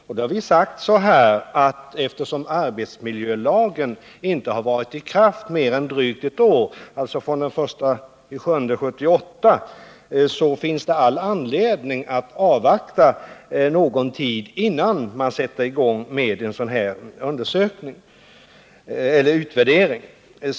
Vi har sagt, att eftersom arbetsmiljölagen inte har varit i kraft mer än drygt ett år, dvs. från den 1 juli 1978, finns det all anledning att avvakta en tid innan man sätter i gång med en sådan här utvärdering.